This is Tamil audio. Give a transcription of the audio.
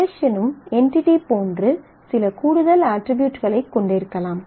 ரிலேஷனும் என்டிடி போன்று சில கூடுதல் அட்ரிபியூட்களைக் கொண்டிருக்கலாம்